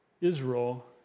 Israel